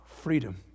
freedom